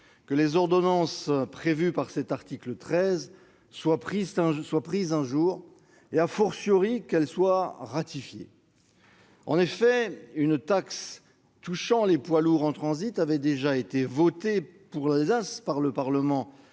que les ordonnances prévues par cet article 13 soient prises un jour et qu'elles soient ratifiées. Une taxe touchant les poids lourds en transit avait déjà été votée pour l'Alsace par le Parlement